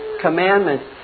Commandments